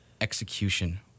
Execution